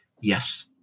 yes